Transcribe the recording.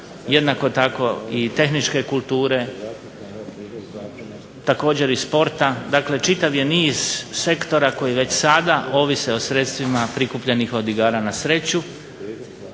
jednako tako i tehničke kulture, također i sporta dakle čitav je niz sektora koji već sada ovise o sredstvima prikupljenih od igara na sreću.